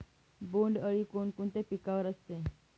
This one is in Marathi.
बोंडअळी कोणकोणत्या पिकावर असते?